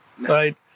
right